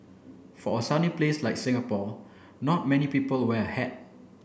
for a sunny place like Singapore not many people wear a hat